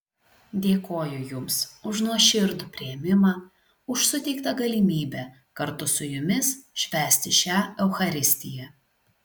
dėkoju jums už nuoširdų priėmimą už suteiktą galimybę kartu su jumis švęsti šią eucharistiją